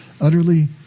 utterly